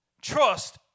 trust